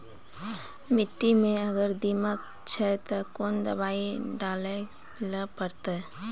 मिट्टी मे अगर दीमक छै ते कोंन दवाई डाले ले परतय?